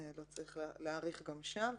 שלא צריך להאריך גם שם,